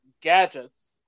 gadgets